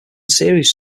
series